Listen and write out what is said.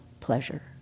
pleasure